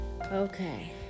okay